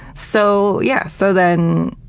so, yeah so then,